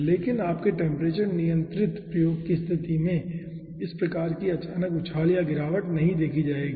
लेकिन आपके टेम्परेचर नियंत्रित प्रयोग की स्तिथि में इस प्रकार की अचानक उछाल या गिरावट नहीं देखी जाएगी